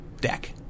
deck